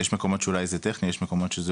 יש מקומות שאולי זה טכני ויש מקומות שזה